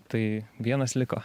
tai vienas liko